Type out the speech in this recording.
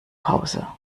hause